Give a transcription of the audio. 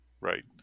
Right